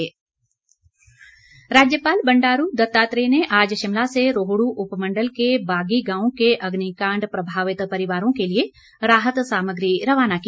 राज्यपाल राज्यपाल बंडारू दत्तात्रेय ने आज शिमला से रोहड् उप मण्डल के बागी गांव के अग्निकांड प्रभावित परिवारों के लिए राहत सामग्री रवाना की